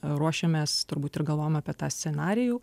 ruošiamės turbūt ir galvojam apie tą scenarijų